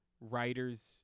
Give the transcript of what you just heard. writers